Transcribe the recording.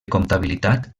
comptabilitat